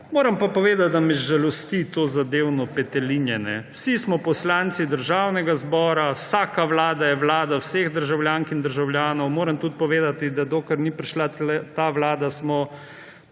Moram pa povedati, da me žalosti tozadevno petelinjenje. Vsi smo poslanci Državnega zbora, vsaka vlada je vlada vseh državljank in državljanov. Moram tudi povedati, da dokler ni prišla ta vlada, smo